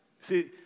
See